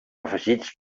afegits